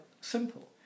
simple